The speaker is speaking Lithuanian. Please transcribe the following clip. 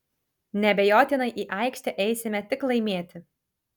neabejotinai į aikštę eisime tik laimėti